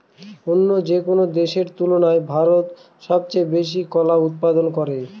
অন্য যেকোনো দেশের তুলনায় ভারত সবচেয়ে বেশি কলা উৎপাদন করে